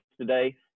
today